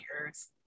earth